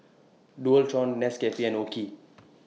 Dualtron Nescafe and OKI